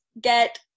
get